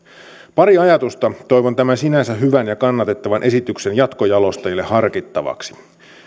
pari ajatusta toivon tämän sinänsä hyvän ja kannatettavan esityksen jatkojalostajille harkittavaksi